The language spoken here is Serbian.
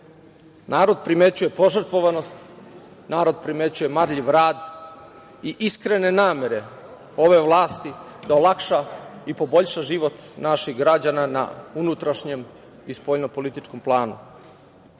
narod primećuje požrtvovanost, narod primećuje marljiv rad i iskrene namere ove vlasti da olakša i poboljša život naših građana na unutrašnjem i spoljno političkom planu. Iako